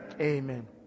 Amen